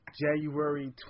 January